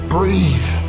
Breathe